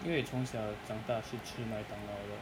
因为从小长大是吃麦当劳的